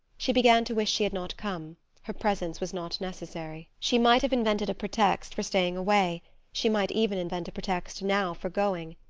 she began to wish she had not come her presence was not necessary. she might have invented a pretext for staying away she might even invent a pretext now for going.